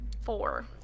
four